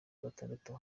gatandatu